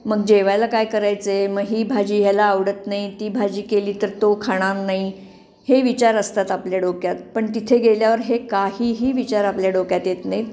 मग जेवायला काय करायचं आहे मग ही भाजी ह्याला आवडत नाही ती भाजी केली तर तो खाणार नाही हे विचार असतात आपल्या डोक्यात पण तिथे गेल्यावर हे काहीही विचार आपल्या डोक्यात येत नाहीत